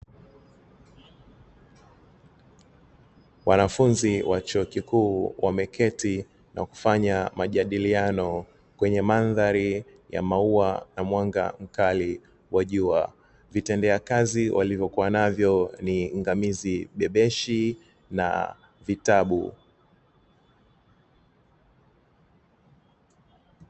Wanafunzi wa chuo kikuu wameketi na kufanya majadiliano kwenye mandhari ya maua na mwanga mkali wa jua. Vitendea kazi walivyokuwa navyo ni ngamizi, bebeshi na vitabu.